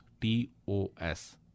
T-O-S